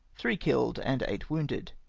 three killed and eight wounded.